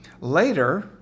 Later